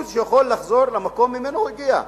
הוא יכול לחזור למקום שממנו הוא הגיע.